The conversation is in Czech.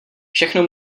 všechno